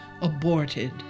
aborted